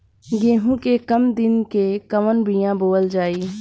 गेहूं के कम दिन के कवन बीआ बोअल जाई?